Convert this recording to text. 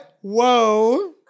Whoa